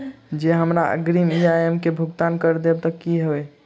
जँ हमरा अग्रिम ई.एम.आई केँ भुगतान करऽ देब तऽ कऽ होइ?